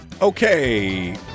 Okay